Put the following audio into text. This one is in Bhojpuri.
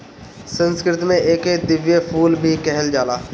संस्कृत में एके दिव्य फूल भी कहल जाला